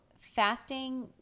fasting